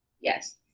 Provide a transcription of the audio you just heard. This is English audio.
Yes